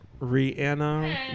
Rihanna